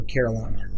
Carolina